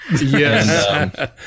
Yes